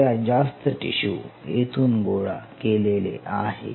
सगळ्यात जास्त टिशू येथून गोळा केलेले आहे